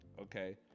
okay